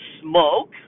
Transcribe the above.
smoke